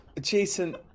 Jason